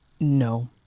No